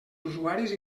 usuaris